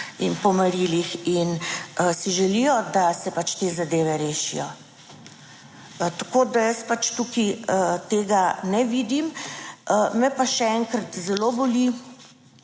in po merilih in si želijo, da se pač te zadeve rešijo. Tako, da jaz pač tukaj tega ne vidim, me pa še enkrat zelo boli,